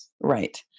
Right